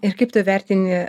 ir kaip tu vertini